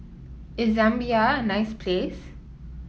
is Zambia a nice place